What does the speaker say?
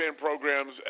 programs